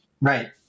right